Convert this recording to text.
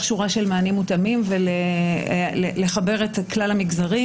מענים מותאמים ולחבר את כלל המגזרים.